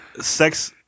sex